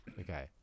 Okay